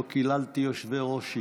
לא קיללתי יושבי-ראש,